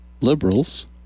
liberals